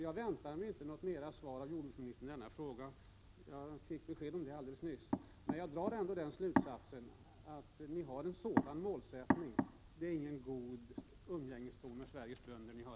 Jag väntar mig inte något mer svar av jordbruksministern i denna fråga — jag fick besked om det alldeles nyss — men jag drar ändå slutsatsen att regeringen har dessa målsättningar. Det är inte någon god ton i regeringens umgänge med Sveriges bönder.